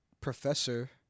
professor